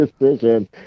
decision